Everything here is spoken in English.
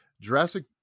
Jurassic